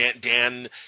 Dan